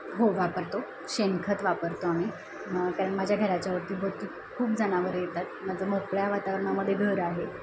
हो वापरतो शेणखत वापरतो आम्ही कारण माझ्या घराच्या अवतीभवती खूप जनावर येतात माझं मोकळ्या वातावरणामध्ये घर आहे